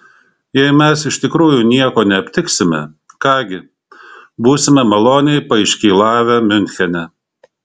jei mes iš tikrųjų nieko neaptiksime ką gi būsime maloniai paiškylavę miunchene